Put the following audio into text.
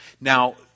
Now